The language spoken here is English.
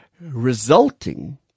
resulting